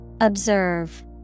Observe